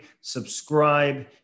subscribe